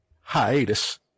hiatus